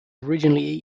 originally